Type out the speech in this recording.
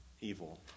evil